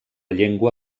llengua